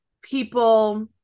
people